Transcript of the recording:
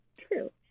true